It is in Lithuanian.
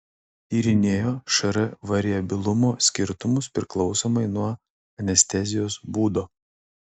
tyrinėjo šr variabilumo skirtumus priklausomai nuo anestezijos būdo